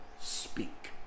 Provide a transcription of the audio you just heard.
speak